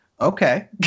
Okay